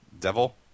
devil